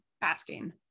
asking